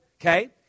Okay